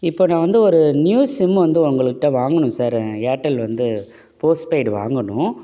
இப்போ நான் வந்து ஒரு நியூ சிம் வந்து உங்கள்கிட்ட வாங்கணும் சார் ஏர்டெல் வந்து போஸ்ட்பெய்டு வாங்கணும்